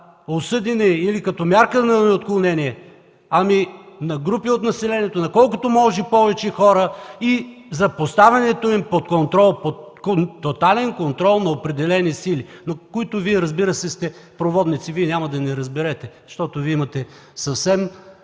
осъдени или като мярка на отклонение, ами на групи от населението, на колкото може повече хора и за поставянето им под тотален контрол на определени сили, на които Вие, разбира се, сте проводници. Вие няма да ни разберете, защото имате съвсем